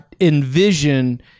envision